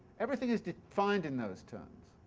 everything is defined in those terms.